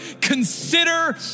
consider